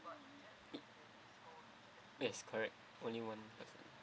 yes correct only one hurt